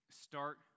start